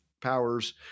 powers